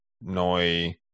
Noi